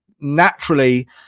naturally